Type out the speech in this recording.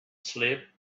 sleep